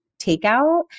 takeout